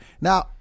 Now